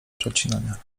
przecinania